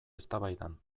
eztabaidan